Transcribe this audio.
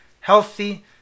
healthy